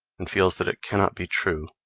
and feels that it cannot be true.